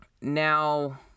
Now